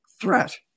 threat